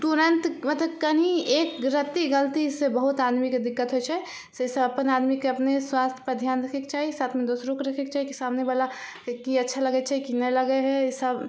तुरन्त मतलब कनि एक रत्ती गलती से बहुत आदमीके दिक्कत होइ छै से सब अपन आदमीके अपने स्वास्थ पर ध्यान रक्खेके चाही साथमे दोसरोके रक्खेके चाही कि सामने बलाके की अच्छा लगै छै की नहि लगऽ हइ ई सब